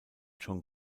joan